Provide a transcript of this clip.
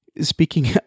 speaking